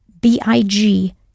B-I-G